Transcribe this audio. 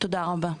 תודה רבה.